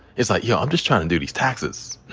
it's like, yo, i'm just tryin' to do these taxes.